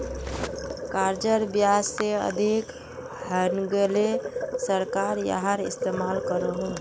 कर्जेर ब्याज से अधिक हैन्गेले सरकार याहार इस्तेमाल करोह